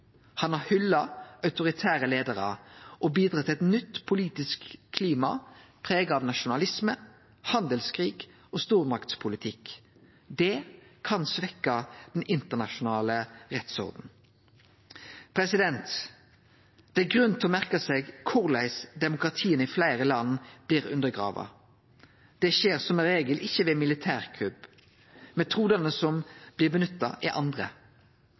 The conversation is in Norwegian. Han har hylla autoritære leiarar og bidratt til eit nytt politisk klima prega av nasjonalisme, handelskrig og stormaktspolitikk. Det kan svekkje den internasjonale rettsordenen. Det er grunn til å merke seg korleis demokratiet i fleire land blir undergrave. Det skjer som regel ikkje ved militærkupp. Metodane som blir nytta, er andre.